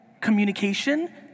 communication